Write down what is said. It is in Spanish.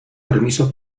permiso